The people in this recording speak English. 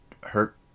hurt